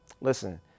listen